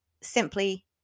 simply